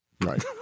right